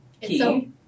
key